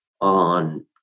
on